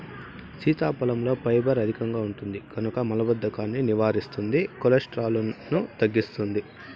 సీతాఫలంలో ఫైబర్ అధికంగా ఉంటుంది కనుక మలబద్ధకాన్ని నివారిస్తుంది, కొలెస్ట్రాల్ను తగ్గిస్తుంది